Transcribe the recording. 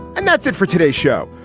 and that's it for today's show,